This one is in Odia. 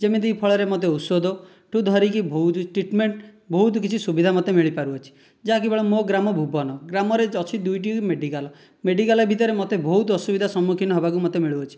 ଯେମିତି ଫଳରେ ମୋତେ ଔଷଧ ଠାରୁ ଧରିକି ବହୁତ ଟ୍ରିଟମେଣ୍ଟ ବହୁତ କିଛି ସୁବିଧା ମୋତେ ମିଳିପାରୁଅଛି ଯାହା କେବଳ ମୋ ଗ୍ରାମ ଭୁବନ ଗ୍ରାମରେ ଅଛି ଦୁଇଟି ମେଡ଼ିକାଲ ମେଡ଼ିକାଲ ଭିତରେ ମୋତେ ବହୁତ ଅସୁବିଧା ସମ୍ମୁଖୀନ ହେବାକୁ ମୋତେ ମିଳୁଅଛି